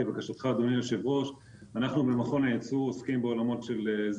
כפי שאנחנו יודעים לעשות בתחרויות בין לאומיות,